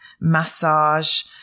massage